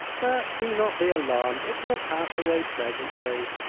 but do not be alarmed it will pass away presently,